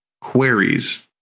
queries